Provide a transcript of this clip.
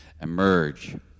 emerge